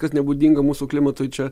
kas nebūdinga mūsų klimatui čia